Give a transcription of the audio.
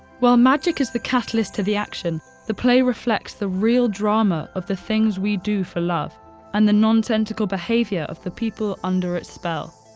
while magic is the catalyst to the action the play reflects the real drama of the things we do for love and the nonsensical behavior of the people under its spell.